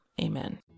Amen